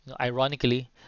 ironically